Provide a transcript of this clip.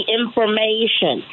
information